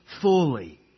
fully